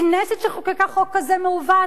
כנסת שחוקקה חוק כזה מעוות.